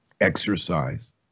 exercise